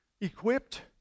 equipped